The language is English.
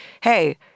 hey—